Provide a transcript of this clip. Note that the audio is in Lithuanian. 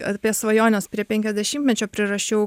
apie svajones prie penkiasdešimtmečio prirašiau